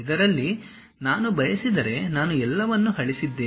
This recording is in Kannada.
ಇದರಲ್ಲಿ ನಾನು ಬಯಸಿದರೆ ನಾನು ಎಲ್ಲವನ್ನೂ ಅಳಿಸಿದ್ದೇನೆ